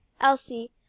Elsie